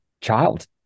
child